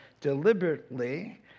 deliberately